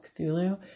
Cthulhu